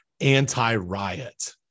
anti-riot